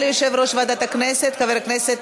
55 חברי כנסת